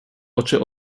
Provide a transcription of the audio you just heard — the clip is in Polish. oczy